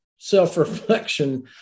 self-reflection